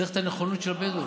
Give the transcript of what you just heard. צריך את הנכונות של הבדואים,